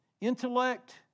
intellect